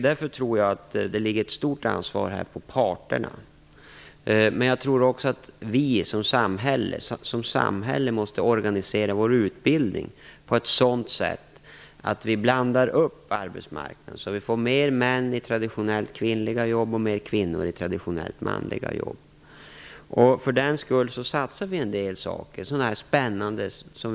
Därför tror jag att ett stort ansvar i detta sammanhang vilar på parterna, men jag tror också att vi som samhälle måste organisera vår utbildning på ett sådant sätt att vi blandar upp arbetsmarknaden, så att vi får mer män i traditionellt kvinnliga jobb och mer kvinnor i traditionellt manliga jobb. För den skull satsar vi en del på olika spännande saker.